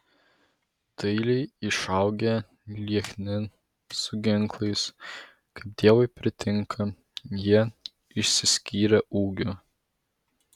dailiai išaugę liekni su ginklais kaip dievui pritinka jie išsiskyrė ūgiu